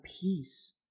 peace